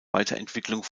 weiterentwicklung